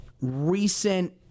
recent